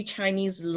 Chinese